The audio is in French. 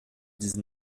dix